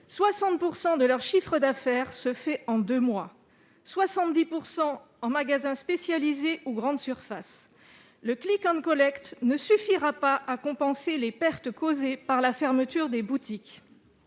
60 % du chiffre d'affaires se fait en deux mois, 70 % dans les magasins spécialisés ou en grandes surfaces. Le ne suffira pas à compenser les pertes causées par la fermeture des boutiques.